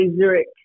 Zurich